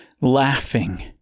laughing